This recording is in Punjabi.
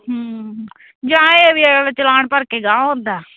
ਜਾਂ ਇਹ ਵੀ ਹੈ ਚਲਾਨ ਭਰ ਕੇ ਜਾ ਹੁੰਦਾ